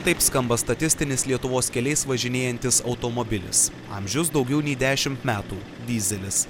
taip skamba statistinis lietuvos keliais važinėjantis automobilis amžius daugiau nei dešimt metų dyzelis